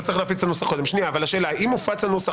אבל אם הופץ הנוסח